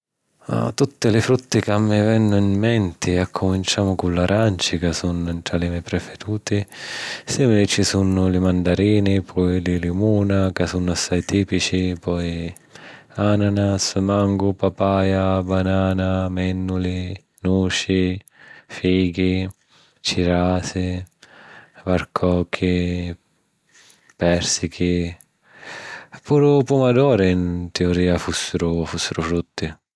Tutti li frutti ca mi vennu 'n menti... Accuminciamu cu l'aranci ca sunnu ntra li me prifiruti, sìmili ci sunnu li mandarini, poi li limuni ca sunnu assai tìpici, poi: ananas, mangu, papaia, banana, mènnuli, nuci, fichi, cirasa, varcochi, pèrsichi... Puru pumadori 'n tiurìa fussiru, fussiru frutti.